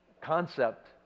concept